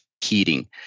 heating